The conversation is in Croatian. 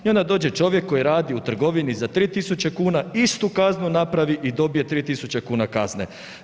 I onda dođe čovjek koji radi u trgovini za 3.000 kuna istu kaznu napravi i dobije 3.000 kuna kazne.